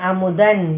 Amudan